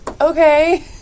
Okay